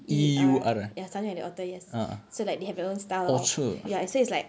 E R ya something like that auteur yes so like they have their own style of so it's like